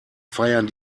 feiern